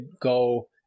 go